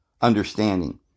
understanding